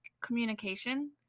communication